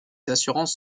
assurances